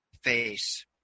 face